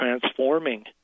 transforming